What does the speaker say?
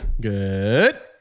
Good